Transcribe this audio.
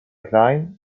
klein